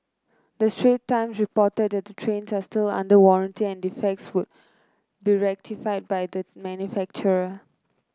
the Straits Times reported that the trains are still under warranty and defects would be rectified by the manufacturer